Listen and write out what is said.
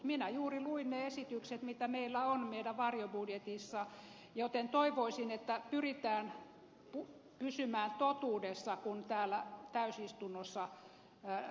minä juuri luin ne esitykset mitä meillä on meidän varjobudjetissamme joten toivoisin että pyritään pysymään totuudessa kun täällä täysistunnossa keskustellaan